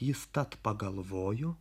jis tad pagalvojo